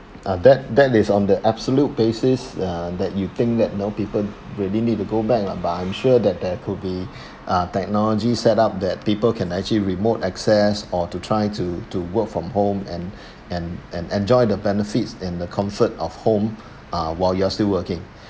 uh that that is on the absolute basis uh that you think that you know people really need to go back lah but I'm sure that there could be uh technology set up that people can actually remote access or to try to to work from home and and and enjoy the benefits in the comfort of home uh while you're still working